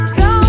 go